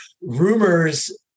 rumors